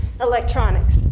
electronics